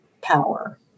power